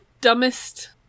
dumbest